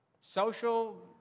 social